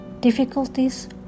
difficulties